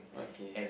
okay